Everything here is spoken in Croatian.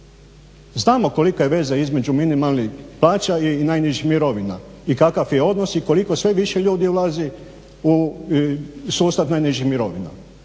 Znamo kolika je veza između minimalnih plaća i najnižih mirovina ikakav je odnos i koliko sve više ljudi ulazi u sustav najnižih mirovina.